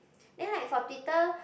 then like for Twitter